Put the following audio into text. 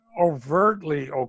overtly